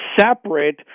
separate